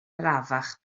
arafach